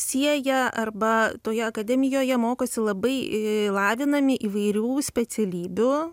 sieja arba toje akademijoje mokosi labai lavinami įvairių specialybių